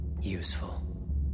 useful